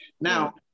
Now